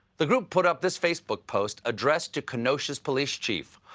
the group put up this facebook post addressed to kenosha's police chief.